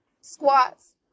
Squats